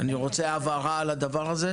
אני רוצה הבהרה על הדבר הזה.